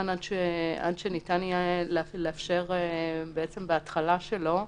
עד שניתן יהיה לאפשר את ההתחלה שלו.